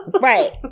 Right